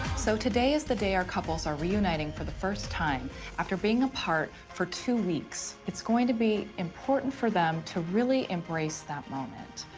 so, today is the day our couples are reuniting for the first time after being apart for two weeks. it's going to be important for them to really embrace that moment,